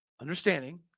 understanding